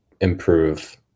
improve